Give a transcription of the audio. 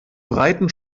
breiten